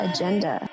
Agenda